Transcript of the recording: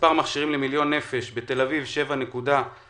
מספר מכשירים למיליון נפש בתל אביב 7.57,